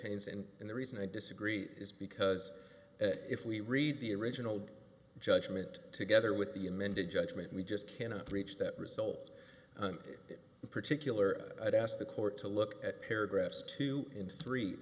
haynes and and the reason i disagree is because if we read the original judgment together with the amended judgement we just cannot reach that result in particular i'd asked the court to look at paragraphs two in three